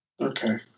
Okay